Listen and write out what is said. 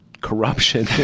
corruption